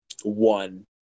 one